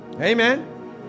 Amen